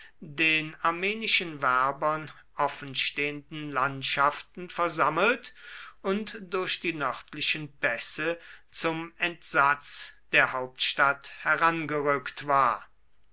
den armenischen werbern offenstehenden landschaften versammelt und durch die nordöstlichen pässe zum entsatz der hauptstadt herangerückt war